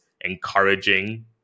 encouraging